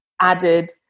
added